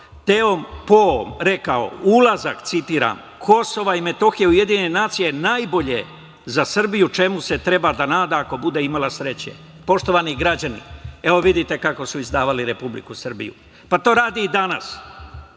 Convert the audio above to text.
Tedom Poom rekao, citiram: „Ulazak Kosova i Metohije u UN je najbolje za Srbiju, čemu se treba da nada, ako bude imala sreće“.Poštovani građani, evo, vidite kako su izdavali Republiku Srbiju. Pa to rade i danas.